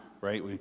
right